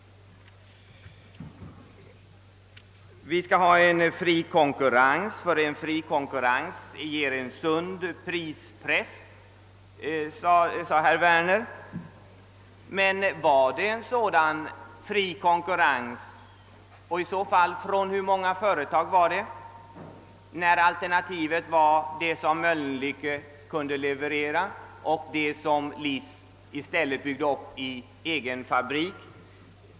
Vi skall ha en fri konkurrens, därför att en fri konkurrens leder till en sund prispress, sade herr Werner. Men var det en fri konkurrens och i så fall mellan hur många företag, när alternativen var det som Mölnlycke kunde leverera och det som LIC i stället byggt upp i egen fabrik?